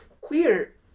queer